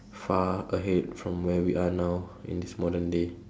far ahead from where we are now in this modern day